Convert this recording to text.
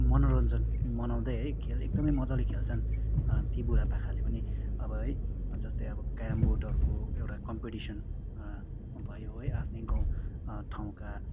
मनोरञ्जन मनाउँदै है खेल एकदमै मज्जाले खेल्छन ती बुढापाकाले पनि अब है जस्तै अब केरेमबोर्डहरूको एउटा कम्पिटिसन भयो है आफ्नै गाउँ ठाउँका